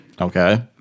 Okay